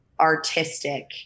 artistic